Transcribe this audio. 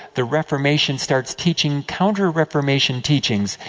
the reformation starts teaching counter-reformation teachings,